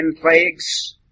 plagues